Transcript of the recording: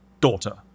daughter